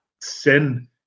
sin